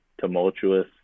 tumultuous